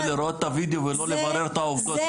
בלראות את הווידאו ולא לברר את העובדות,